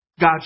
God